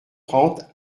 trente